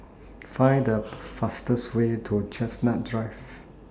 Find The fastest Way to Chestnut Drive